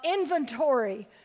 inventory